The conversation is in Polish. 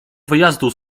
wyjazdu